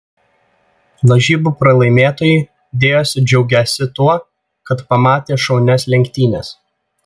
lažybų pralaimėtojai dėjosi džiaugiąsi tuo kad pamatė šaunias lenktynes